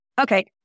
okay